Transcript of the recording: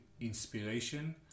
inspiration